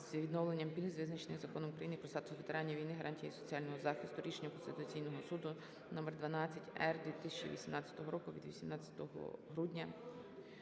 з відновленням пільг, визначених Законом України "Про статус ветеранів війни, гарантії їх соціального захисту", Рішенням Конституційного Суду України №12-р/2018 року від 18 грудня